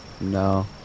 no